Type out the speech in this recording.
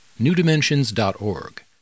newdimensions.org